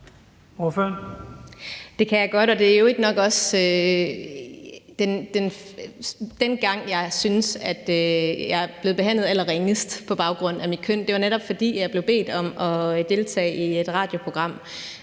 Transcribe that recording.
det var nok også den gang, jeg har syntes at jeg er blevet behandlet allerringest på baggrund af mit køn. Det var netop, fordi jeg blev bedt om at deltage i et radioprogram